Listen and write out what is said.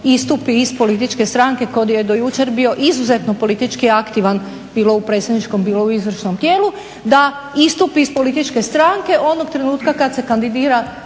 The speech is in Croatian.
istupi iz političke stranke u kojoj je do jučer bio izuzetno politički aktivan bilo u predsjedničkom, bilo u izvršnom tijelu, da istupi iz političke stranke onog trenutka kad se kandidira